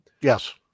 Yes